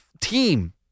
team